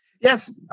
Yes